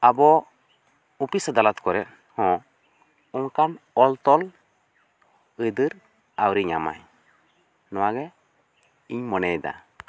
ᱟᱵᱚ ᱚᱯᱷᱤᱥ ᱟᱫᱟᱞᱚᱛ ᱠᱚᱨᱮ ᱦᱚᱸ ᱚᱱᱠᱟᱱ ᱚᱞ ᱛᱚᱞ ᱟᱹᱭᱫᱟᱹᱨ ᱟᱹᱣᱨᱤ ᱧᱟᱢᱟᱭ ᱱᱚᱣᱟ ᱜᱤ ᱤᱧ ᱢᱚᱱᱮᱭ ᱮᱫᱟ